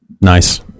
Nice